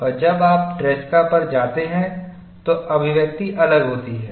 और जब आप ट्रेसका पर जाते हैं तो अभिव्यक्ति अलग होती है